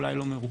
אולי לא מרוכזת.